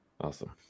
Awesome